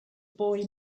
boy